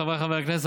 חבריי חברי הכנסת,